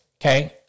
Okay